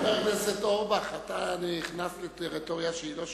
חבר הכנסת אורבך, אתה נכנס לטריטוריה שהיא לא שלך.